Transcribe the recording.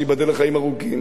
שייבדל לחיים ארוכים,